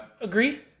agree